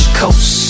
coast